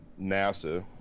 NASA